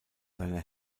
seine